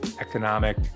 economic